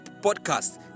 podcast